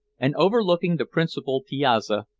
and overlooking the principal piazza,